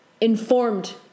informed